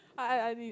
I I I need it